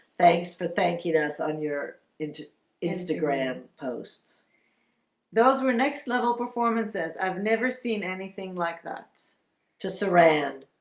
thanks for thanking us on your instagram posts those were next-level performances. i've never seen anything like that just surround.